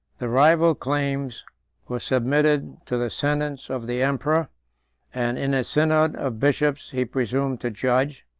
the rival claims were submitted to the sentence of the emperor and in a synod of bishops he presumed to judge,